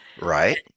Right